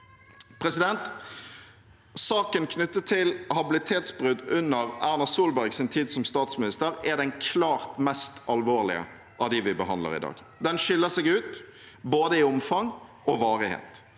politikk. Saken knyttet til habilitetsbrudd under Erna Solbergs tid som statsminister er den klart mest alvorlige av dem vi behandler i dag. Den skiller seg ut i både omfang og varighet.